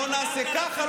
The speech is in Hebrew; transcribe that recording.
לא נעשה ככה,